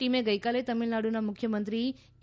ટીમે ગઈકાલે તમિલનાડુના મુખ્યમંત્રી ઈ